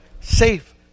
safe